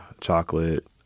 chocolate